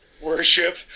worship